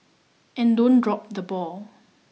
and don't drop the ball